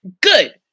Good